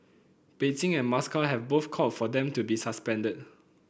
Beijing and Moscow have both called for them to be suspended